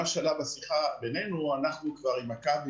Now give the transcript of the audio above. מה שעלה בשיחה בינינו אנחנו כבר עם מכבי